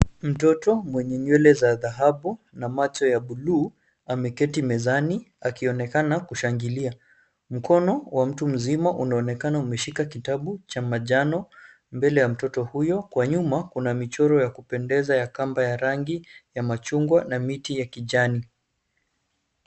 Mtoto mwenye nywele za dhahabu na macho ya bluu, ameketi mezani akionekana kushangilia. Mkono wa mtu mzima unaonekana umeshika kitabu cha manjano mbele ya mtoto huyo. Kwa nyuma kuna michoro ya kupendeza ya kamba ya rangi ya machungwa na miti ya kijani.